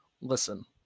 listen